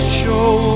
show